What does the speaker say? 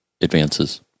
advances